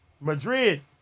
Madrid